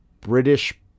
British